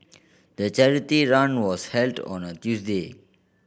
the charity run was held on a Tuesday